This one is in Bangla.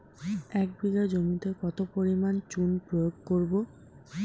এক বিঘা জমিতে কত পরিমাণ চুন প্রয়োগ করব?